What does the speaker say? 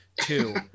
Two